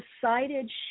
decided